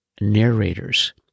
narrators